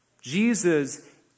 Jesus